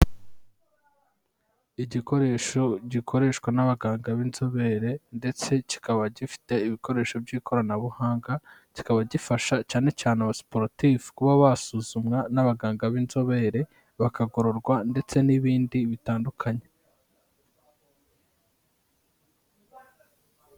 Igikoresho gikoreshwa n'abaganga b'inzobere ndetse kikaba gifite ibikoresho by'ikoranabuhanga, kikaba gifasha cyane cyane abasiporotifu kuba basuzumwa n'abaganga b'inzobere, bakagororwa ndetse n'ibindi bitandukanye.